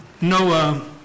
Noah